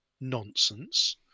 nonsense